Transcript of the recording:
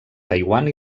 taiwan